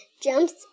jumps